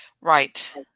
Right